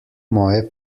moje